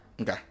Okay